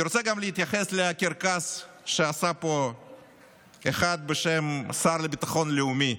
אני רוצה גם להתייחס לקרקס שעשה פה אחד בשם השר לביטחון לאומי.